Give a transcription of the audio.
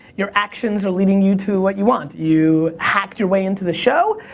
your actions are leading you to what you want. you hacked your way into the show,